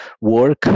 work